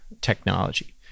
technology